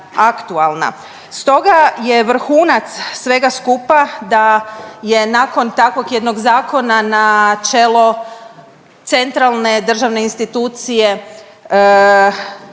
Stoga je vrhunac svega skupa da je nakon takvog jednog zakona na čelo centralne državne institucije,